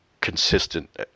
consistent